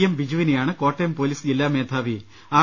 M ബിജുവിനെ യാണ് Kottayam police ജില്ലാ മേധാവി ആർ